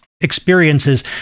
experiences